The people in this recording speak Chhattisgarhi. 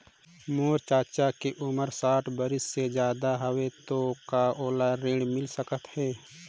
मोर चाचा के उमर साठ बरिस से ज्यादा हवे तो का ओला ऋण मिल सकत हे?